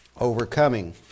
overcoming